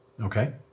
Okay